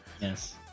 Yes